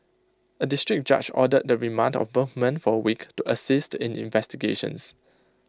A District Judge ordered the remand of both men for A week to assist in investigations